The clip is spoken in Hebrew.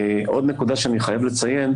עוד נקודה שאני חייב לציין,